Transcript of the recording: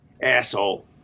Asshole